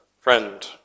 friend